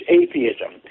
atheism